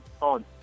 On